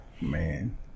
Man